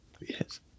Yes